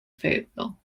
fayetteville